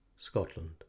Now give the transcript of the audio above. Scotland